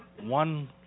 one